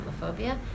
Islamophobia